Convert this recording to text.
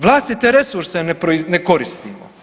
Vlastite resurse ne koristimo.